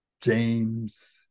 James